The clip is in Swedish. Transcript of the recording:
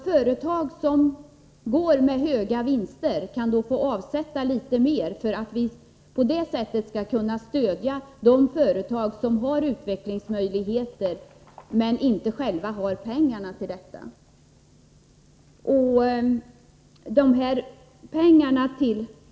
Företag som går med höga vinster kan komma att få avsätta litet mera för att vi på det sättet skall kunna stödja de företag som har möjligheter till utveckling men som själva inte har pengar för ändamålet.